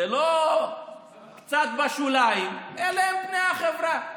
זה לא קצת בשוליים, אלה הם פני החברה.